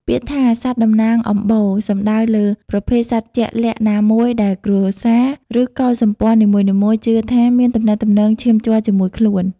ពាក្យថា "សត្វតំណាងអំបូរ" សំដៅលើប្រភេទសត្វជាក់លាក់ណាមួយដែលគ្រួសារ ឬកុលសម្ព័ន្ធនីមួយៗជឿថាមានទំនាក់ទំនងឈាមជ័រជាមួយខ្លួន។